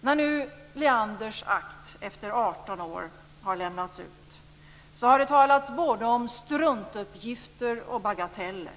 När nu Leanders akt lämnats ut efter 18 år har det talats både om struntuppgifter och bagateller.